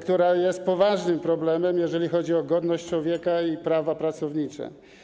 który jest poważnym problemem, jeżeli chodzi o godność człowieka i prawa pracownicze.